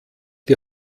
die